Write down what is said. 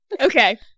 Okay